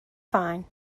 fine